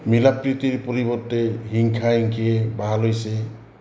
মিলাপ্ৰীতিৰ পৰিৱৰ্তে হিংসা হিংসিয়ে বাহ লৈছে